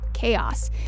chaos